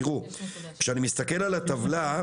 תראו: כשאני מסתכל על הטבלה,